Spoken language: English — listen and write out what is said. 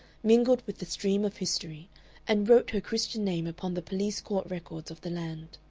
mingled with the stream of history and wrote her christian name upon the police-court records of the land.